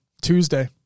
Tuesday